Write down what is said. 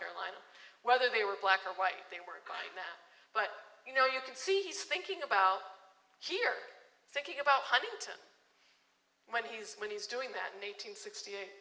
carolina whether they were black or white they were buying them but you know you can see he's thinking about here thinking about huntington when he's when he's doing that in eight hundred sixty eight